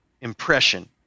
impression